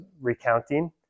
recounting